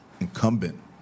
incumbent